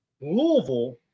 Louisville